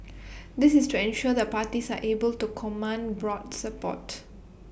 this is to ensure the parties are able to command broad support